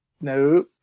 No